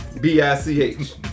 B-I-C-H